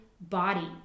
body